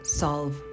solve